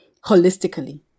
holistically